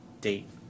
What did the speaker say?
date